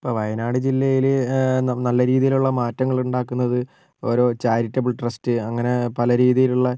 ഇപ്പോൾ വയനാട് ജില്ലയിൽ നല്ല രീതിയിലുള്ള മാറ്റങ്ങളുണ്ടാക്കുന്നത് ഓരോ ചാരിറ്റബൾ ട്രസ്റ്റ് അങ്ങനെ പല രീതിയിലുള്ള